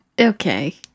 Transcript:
okay